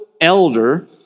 elder